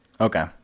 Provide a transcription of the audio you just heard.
Okay